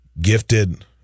gifted